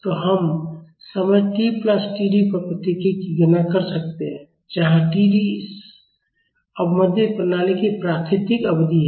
तो हम समय t प्लस TD पर प्रतिक्रिया की गणना कर सकते हैं जहां TD इस अवमंदित प्रणाली की प्राकृतिक अवधि है